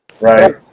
right